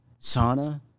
Sauna